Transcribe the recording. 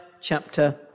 chapter